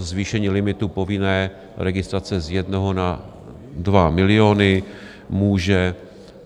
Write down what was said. Zvýšení limitu povinné registrace z 1 na 2 miliony může